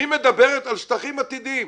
היא מדברת על שטחים עתידיים.